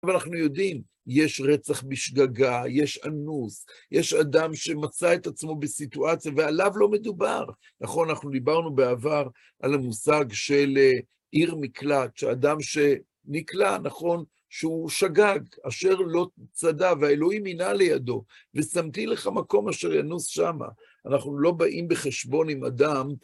אנחנו יודעים, יש רצח בשגגה, יש אנוס, יש אדם שמצא את עצמו בסיטואציה, ועליו לא מדובר. נכון, אנחנו דיברנו בעבר על המושג של עיר מקלט, שאדם שנקלע, נכון, שהוא שגג, אשר לא צדה, והאלוהים עינה לידו. ושמתי לך מקום אשר ינוס שמה, אנחנו לא באים בחשבון עם אדם.